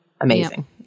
Amazing